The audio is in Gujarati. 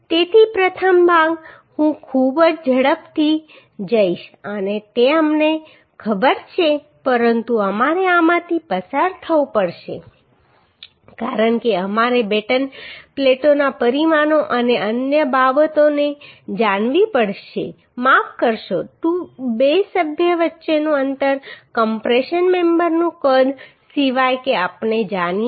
તેથી પ્રથમ ભાગ હું ખૂબ જ ઝડપથી જઈશ અને તે અમને ખબર છે પરંતુ અમારે આમાંથી પસાર થવું પડશે કારણ કે અમારે બેટન પ્લેટોના પરિમાણો અને અન્ય બાબતોને જાણવી પડશે માફ કરશો 2 સભ્યો વચ્ચેનું અંતર કમ્પ્રેશન મેમ્બરનું કદ સિવાય કે આપણે જાણીએ